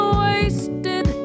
wasted